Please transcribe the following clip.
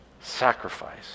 sacrifice